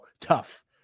tough